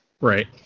right